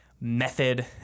method